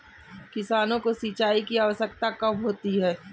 किसानों को सिंचाई की आवश्यकता कब होती है?